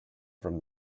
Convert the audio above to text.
from